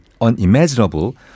unimaginable